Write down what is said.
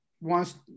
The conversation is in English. wants